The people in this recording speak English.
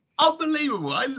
Unbelievable